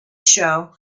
show